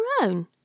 own